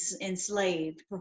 enslaved